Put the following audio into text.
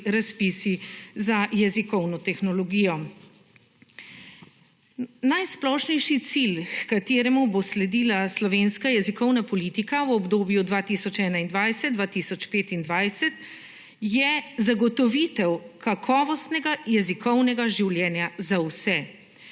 razpisi za jezikovno tehnologijo. Najsplošnejši cilj h kateremu bo sledila slovenska jezikovna politika v obdobju 2021-2025 je zagotovitev kakovostnega jezikovnega življenja za vse.